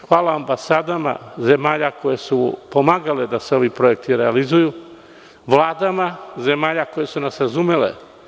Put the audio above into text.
Hvala ambasadama zemalja koje su pomagale da se ovi projekti realizuju, vladama zemalja koje su nas razumele.